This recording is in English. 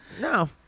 No